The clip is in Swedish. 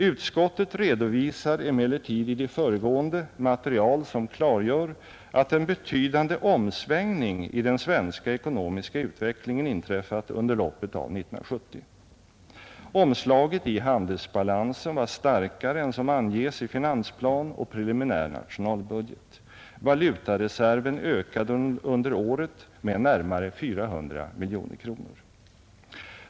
Utskottet redovisar emellertid i det föregående material som klargör att en betydande omsvängning i den svenska ekonomiska utvecklingen inträffat under loppet av 1970. Omslaget i handelsbalansen var starkare än som anges i finansplan och preliminär nationalbudget. Valutareserven ökade under året med närmare 400 miljoner kronor.